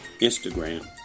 Instagram